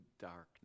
darkness